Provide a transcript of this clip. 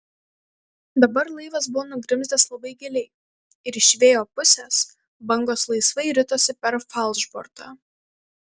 dabar laivas buvo nugrimzdęs labai giliai ir iš vėjo pusės bangos laisvai ritosi per falšbortą